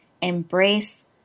embrace